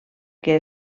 que